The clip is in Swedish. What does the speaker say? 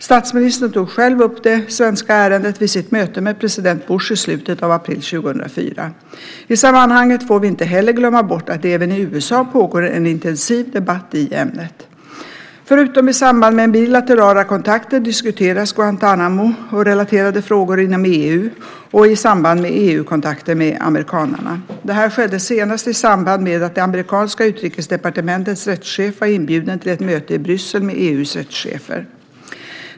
Statsministern tog själv upp det svenska ärendet vid sitt möte med president Bush i slutet av april 2004. I sammanhanget får vi inte heller glömma bort att det även i USA pågår en intensiv debatt i ämnet. Förutom i samband med bilaterala kontakter diskuteras Guantánamo och relaterade frågor inom EU och i samband med EU-kontakter med amerikanerna. Detta skedde senast i samband med att det amerikanska utrikesdepartementets rättschef var inbjuden till ett möte i Bryssel med EU:s rättschefer.